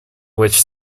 which